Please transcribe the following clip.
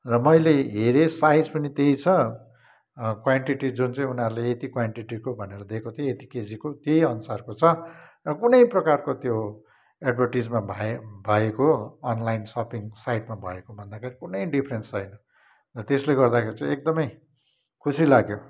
र मैले हेरेँ साइज पनि त्यही छ क्वान्टिटी जुन चाहिँ उनीहरूले यति क्वान्टिटीको भनेर दिएको थियो यति केजीको त्यही अनुसारको छ र कुनै प्रकारको त्यो एडभर्टाइजमा भए भएको अनलाइन सपिङ साइटमा भएको भन्दाखेरि कुनै डिफरेन्स छैन र त्यसले गर्दाखेरि चाहिँ एकदमै खुसी लाग्यो